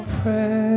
Pray